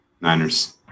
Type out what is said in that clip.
Niners